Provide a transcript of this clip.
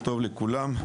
לכולם.